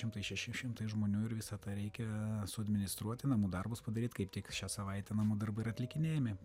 šimtai šeši šimtai žmonių ir visą tą reikia suadministruoti namų darbus padaryt kaip tik šią savaitę namų darbai ir atlikinėjami